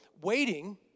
waiting